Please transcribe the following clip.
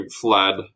fled